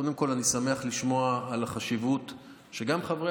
קודם כול, אני שמח לשמוע על החשיבות שגם חברי